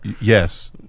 yes